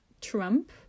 Trump